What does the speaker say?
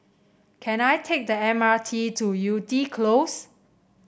can I take the M R T to Yew Tee Close